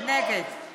אנשים שבעד טבח.